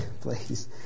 please